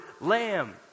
lamb